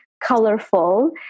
colorful